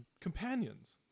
companions